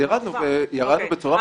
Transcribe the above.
ירדנו בצורה משמעותית.